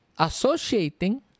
associating